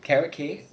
carrot cake